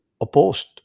opposed